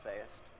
sayest